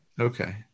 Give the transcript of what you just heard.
Okay